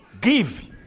Give